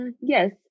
yes